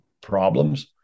problems